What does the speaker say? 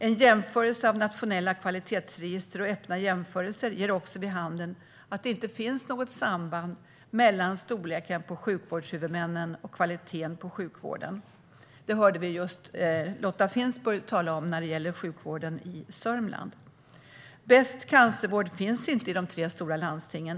En jämförelse av nationella kvalitetsregister och öppna jämförelser ger också vid handen att det inte finns något samband mellan storleken på sjukvårdshuvudmännen och kvaliteten på sjukvården. Det hörde vi just Lotta Finstorp tala om när det gäller sjukvården i Sörmland. Bäst cancervård finns inte i de tre stora landstingen.